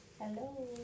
Hello